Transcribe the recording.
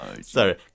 Sorry